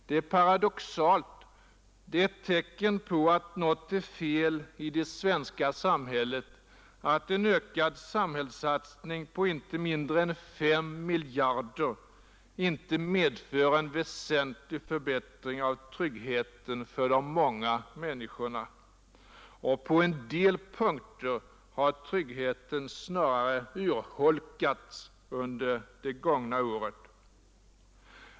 Det är paradoxalt, det är ett tecken på att något är fel i det svenska samhället att en ökad samhällssatsning med inte mindre än 5 miljarder inte medför en väsentlig förbättring av tryggheten för de många människorna. På en del punkter har tryggheten snarare urholkats under det gångna året.